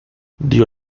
dio